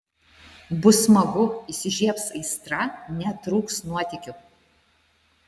bus smagu įsižiebs aistra netrūks nuotykių